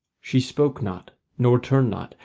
she spoke not, nor turned not,